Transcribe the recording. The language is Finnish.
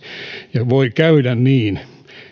ja voi käydä niin